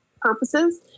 purposes